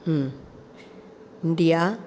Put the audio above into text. India